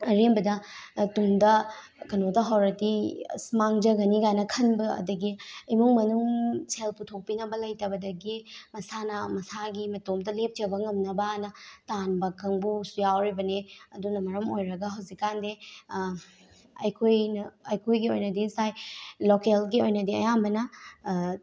ꯑꯔꯦꯝꯕꯗ ꯇꯨꯡꯗ ꯀꯩꯅꯣ ꯇꯧꯍꯧꯔꯗꯤ ꯑꯁ ꯃꯥꯡꯖꯒꯅꯤ ꯀꯥꯏꯅ ꯈꯟꯕ ꯑꯗꯒꯤ ꯏꯃꯨꯡ ꯃꯅꯨꯡ ꯁꯦꯜ ꯄꯨꯊꯣꯛꯄꯤꯅꯕ ꯂꯩꯇꯕꯗꯒꯤ ꯃꯁꯥꯅ ꯃꯁꯥꯒꯤ ꯃꯇꯣꯝꯇ ꯂꯦꯞꯆꯕ ꯉꯝꯅꯕꯑꯅ ꯇꯥꯟꯕ ꯀꯥꯡꯕꯨꯁꯨ ꯌꯥꯎꯔꯤꯕꯅꯤ ꯑꯗꯨꯅ ꯃꯔꯝ ꯑꯣꯏꯔꯒ ꯍꯧꯖꯤꯛ ꯀꯥꯟꯗꯤ ꯑꯩꯈꯣꯏꯅ ꯑꯩꯈꯣꯏꯒꯤ ꯑꯣꯏꯅꯗꯤ ꯁ꯭ꯋꯥꯏ ꯂꯣꯀꯦꯜꯒꯤ ꯑꯣꯏꯅꯗꯤ ꯑꯌꯥꯝꯕꯅ